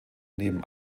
neben